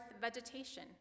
vegetation